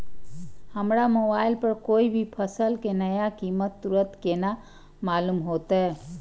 हमरा मोबाइल पर कोई भी फसल के नया कीमत तुरंत केना मालूम होते?